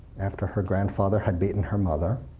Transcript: after her grandfather had beaten her mother,